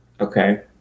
Okay